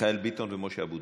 מיכאל ביטון ומשה אבוטבול.